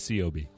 COB